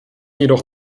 jedoch